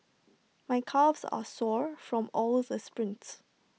my calves are sore from all the sprints